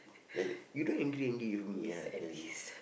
like you don't angry angry with me ah i tell you